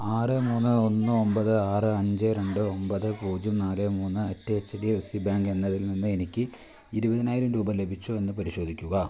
ആറ് മൂന്ന് ഒന്ന് ഒമ്പത് ആറ് അഞ്ച് രണ്ട് ഒമ്പത് പൂജ്യം നാല് മൂന്ന് at H D F C bank എന്നതിൽ നിന്ന് എനിക്ക് ഇരുപതിനായിരം രൂപ ലഭിച്ചോ എന്ന് പരിശോധിക്കുക